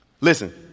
Listen